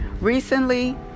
Recently